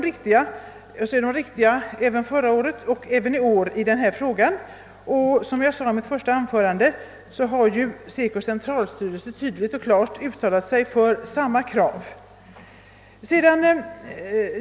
Är argumenten riktiga har de samma bärighet i år som förra året. Jag framhöll också i mitt första anförande att SECO:s centralstyrelse tydligt och bestämt uttalat sig för samma krav i år.